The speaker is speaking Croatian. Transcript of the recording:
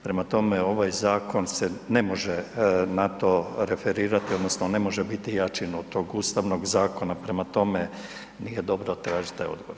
Prema tome, ovaj zakon se ne može na to referirati odnosno ne može biti jači od tog ustavnog zakona, prema tome nije dobro tražiti taj odgovor.